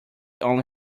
only